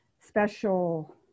special